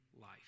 life